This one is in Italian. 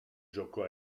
gioco